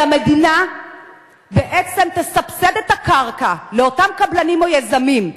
זה שהמדינה בעצם תסבסד את הקרקע לאותם קבלנים או יזמים.